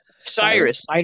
Cyrus